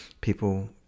people